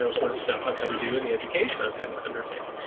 so sort of stuff i've had to do and the education i've had to undertake,